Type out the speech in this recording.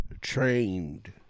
trained